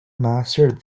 mastered